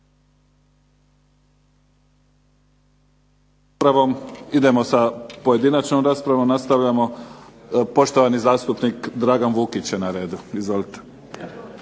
dalje sa pojedinačnom raspravom. Poštovani zastupnik Dragan Vukić je na redu. Izvolite.